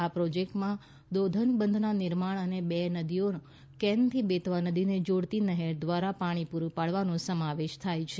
આ પ્રોજેક્ટમાં દૌધન બંધના નિર્માણ અને બે નદીઓ કેન થી બેતવા નદીને જોડતી નહેર દ્વારા પાણી પૂરું પાડવાનો સમાવેશ થાય છે